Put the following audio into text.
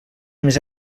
més